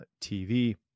TV